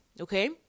okay